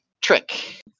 trick